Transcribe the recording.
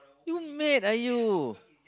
you mad ah you